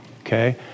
Okay